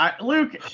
Luke